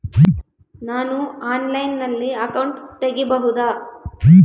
ನಾನು ಆನ್ಲೈನಲ್ಲಿ ಅಕೌಂಟ್ ತೆಗಿಬಹುದಾ?